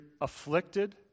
afflicted